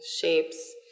shapes